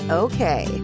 okay